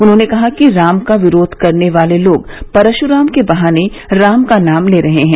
उन्होंने कहा कि राम का विरोध करने वाले लोग परशुराम के बहाने राम का नाम ले रहे हैं